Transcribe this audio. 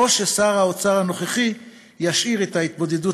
או ששר האוצר הנוכחי ישאיר את ההתמודדות